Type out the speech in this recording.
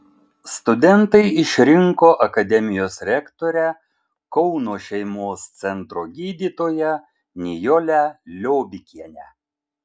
studentai išrinko akademijos rektorę kauno šeimos centro gydytoją nijolę liobikienę